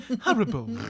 Horrible